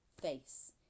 face